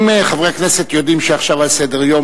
האם חברי הכנסת יודעים שעכשיו על סדר-היום